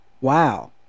Wow